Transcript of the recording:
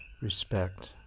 Respect